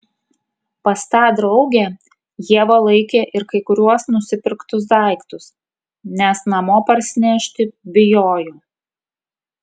pas tą draugę ieva laikė ir kai kuriuos nusipirktus daiktus nes namo parsinešti bijojo